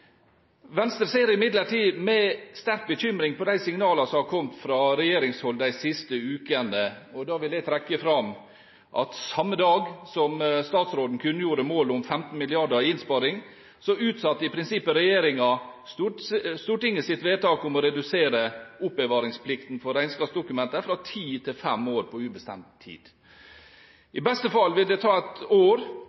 Venstre ser imidlertid med sterk bekymring på de signalene som har kommet fra regjeringshold de siste ukene. Jeg vil trekke fram at samme dag som statsråden kunngjorde målet om 15 mrd. i innsparing, utsatte regjeringen i prinsippet Stortingets vedtak om å redusere oppbevaringsplikten for regnskapsdokumenter fra ti til fem år på ubestemt tid.